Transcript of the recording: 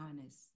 honest